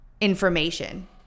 information